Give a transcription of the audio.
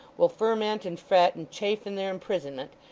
will ferment, and fret, and chafe in their imprisonment,